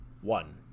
one